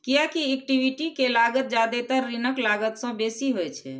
कियैकि इक्विटी के लागत जादेतर ऋणक लागत सं बेसी होइ छै